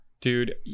dude